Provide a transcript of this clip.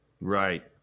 Right